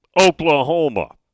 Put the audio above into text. Oklahoma